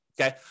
okay